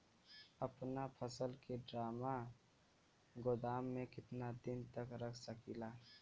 अपना फसल की ड्रामा गोदाम में कितना दिन तक रख सकीला?